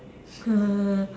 uh